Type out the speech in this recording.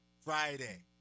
friday